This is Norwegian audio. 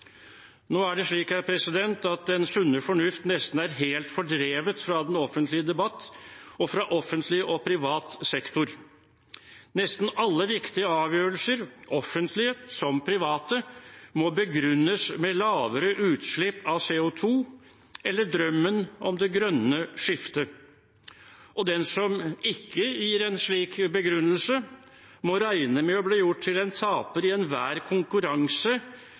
Nå er det slik at den sunne fornuft nesten er helt fordrevet fra den offentlige debatt og fra offentlig og privat sektor. Nesten alle viktige avgjørelser, offentlige som private, må begrunnes med lavere utslipp av CO 2 eller drømmen om det grønne skiftet. Den som ikke gir en slik begrunnelse, må regne med å bli gjort til en taper i enhver konkurranse